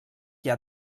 què